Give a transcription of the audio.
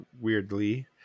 weirdly